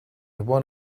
one